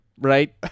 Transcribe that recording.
right